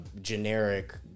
generic